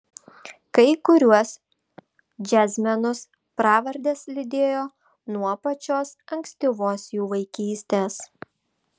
kai kuriuos džiazmenus pravardės lydėjo nuo pačios ankstyvos jų vaikystės